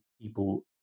people